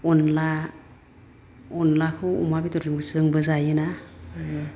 अनला अनलाखौ अमा बेदरजोंबो जायोना